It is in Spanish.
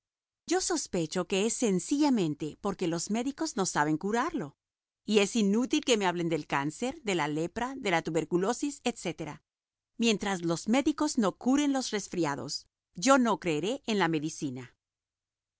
yo sospecho que es sencillamente porque los médicos no saben curarlo y es inútil que me hablen del cáncer de la lepra de la tuberculosis etc mientras los médicos no curen los resfriados yo no creeré en la medicina